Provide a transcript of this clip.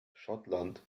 schottland